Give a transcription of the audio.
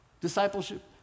Discipleship